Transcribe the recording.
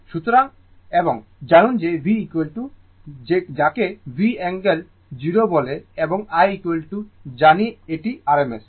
সুতরাং এবং জানুন যে V যাকে V অ্যাঙ্গেল 0 বলে এবং I জানি এটি rms